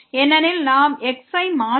ஏனெனில் நாம் x ஐ மாற்றியுள்ளோம்